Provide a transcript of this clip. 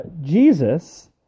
Jesus